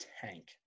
tank